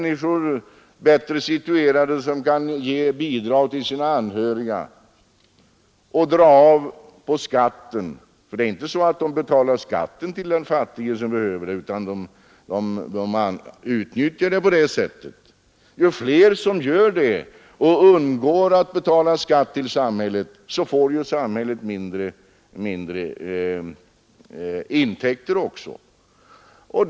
När bättre situerade kan ge bidag till sina anhöriga och göra skatteavdrag är det inte så att de betalar skatten för den fattige som behöver hjälp, utan de utnyttjar avdragsrätten på detta sätt för egen del. Det är uppenbart att ju fler som gör det och undgår att betala skatt till samhället, desto mindre intäkter får samhället.